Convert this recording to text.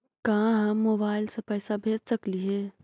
का हम मोबाईल से पैसा भेज सकली हे?